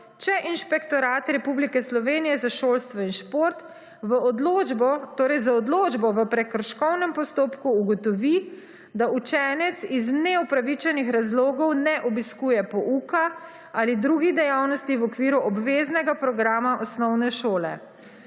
če Inšpektorat Republike Slovenije za šolstvo in šport v odločbo torej z odločbo v prekrškovnem postopku ugotovi, da učenec iz neopravičenih razlogov ne obiskuje pouka ali drugih dejavnosti v okviru obveznega programa osnovne šole.